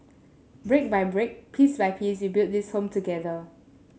brick by brick piece by piece we build this Home together